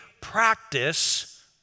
practice